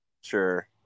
Sure